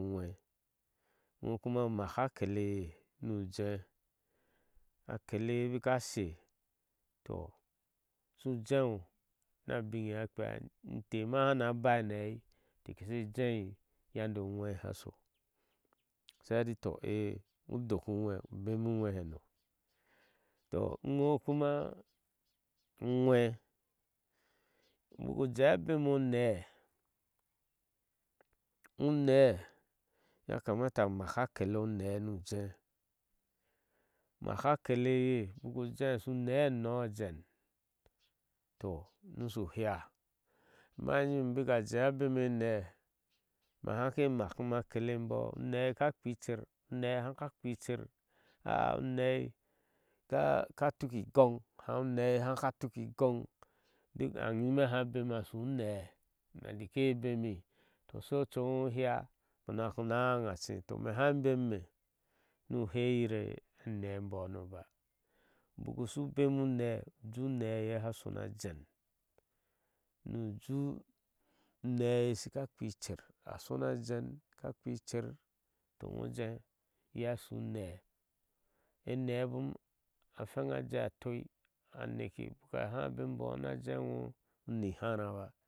Unwen, no kuma maka akede eye nu ujeeh, aket eye bika sha toh ushu jee no`na binne ye asha kpea, inteh ma na bai ne heei inteh keshe jeyir yande onwei sha sho teh she hetui toh udoka uŋwe ubemi uŋwehene toh, ŋo kuma uŋwe ubaku jee a bema onee unee akamata umaka akele onee nu jee umaka akete eye nu jeeb a shu nee anoo a jen, toh nushi hea ama inyime baki ma jee abema o nee ma haki amakin yim akele emboo, unee ka kii ker unee haka kpii icɛr unee ka tuki igon shaho a kaka tuki igon hangi nyime ha bema ashu nee abiki te beni toh she ocu eŋo shu heáunaku na hagache han beme, nu hei yir a nee bonne ubaku shu lemu nee ubemi unee eye asha shna a jeen nu juh unee eye a shika kpii icer, a shona ajeen nika kpii icer toh ŋo jeen iye ashu unee anee bom aha hweŋibɔɔ a jeh atɔc ane ke baa aha bemibo aajii ŋo ni lar báá.